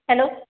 hello